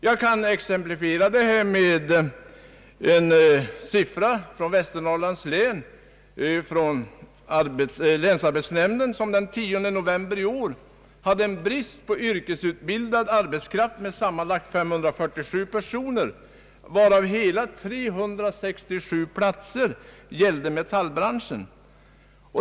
Jag kan exemplifiera detta med några siffror från Västernorrlands län. Enligt länsarbetsnämnden uppgick bristen på yrkesutbildad arbetskraft den 10 november i år till sammanlagt 547 personer, varav hela 367 i metallbranschen.